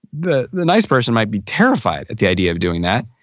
the the nice person might be terrified at the idea of doing that.